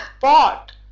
pot